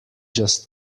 just